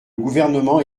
gouvernement